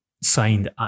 signed